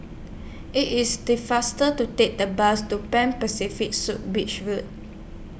IT IS The faster to Take The Bus to Pan Pacific Suites Beach Road